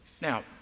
Now